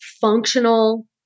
functional